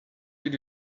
did